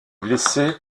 blessé